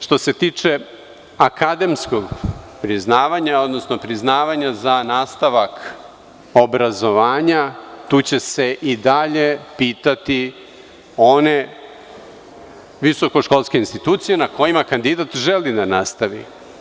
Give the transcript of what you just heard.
Što se tiče akademskog priznavanja, odnosno priznavanja za nastavak obrazovanja, tu će se i dalje pitati one visokoškolske institucije na kojima kandidat želi da nastavi.